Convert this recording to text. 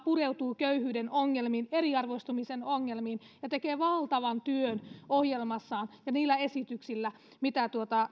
pureutuu köyhyyden ongelmiin eriarvoistumisen ongelmiin ja tekee valtavan työn ohjelmassaan ja niillä esityksillä mitä